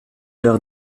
leur